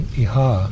iha